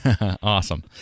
Awesome